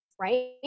right